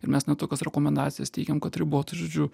ir mes net tokias rekomendacijas teikėm kad riboti žodžiu